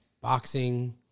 boxing